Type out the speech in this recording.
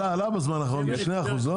עלה בזמן האחרון בשני אחוז לא?